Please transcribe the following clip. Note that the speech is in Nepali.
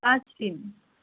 पाँच दिन